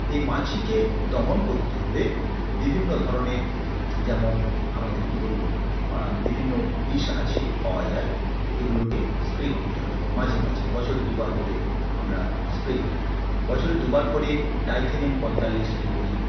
এই মাছিকে দমন করতে হলে বিভিন্ন ধরনের যেমন আমাদের কি বলবো বিভিন্ন বিষ আছে পাওয়া যায় এগুলোকে স্প্রে করতে হয় মাঝে মাঝে বছরে দুবার করে আমরা স্প্রে করি বছরে দুবার করে ডাইথেনেম পঁয়তাল্লিশ স্প্রে করি